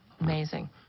Amazing